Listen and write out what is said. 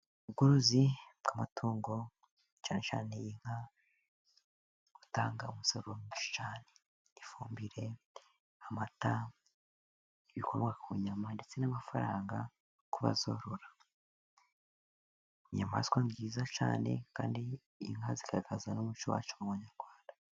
Ubworozi bw'amatungo cyane cyane inka. Butanga umusaruro mwinshi cyane. Ifumbire, amata, ibikomoka ku nyama ndetse n'amafaranga kubazorora. Ni inyamaswa nziza cyane kandi inka zikagaragaza n'umuco wacu mu Banyarwanda.